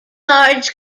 large